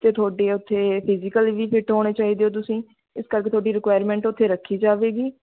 ਅਤੇ ਤੁਹਾਡੇ ਉੱਥੇ ਫਿਜੀਕਲ ਵੀ ਫਿਟ ਹੋਣੇ ਚਾਹੀਦੇ ਹੋ ਤੁਸੀਂ ਇਸ ਕਰਕੇ ਤੁਹਾਡੀ ਰਿਕੁਆਇਰਮੈਂਟ ਉੱਥੇ ਰੱਖੀ ਜਾਵੇਗੀ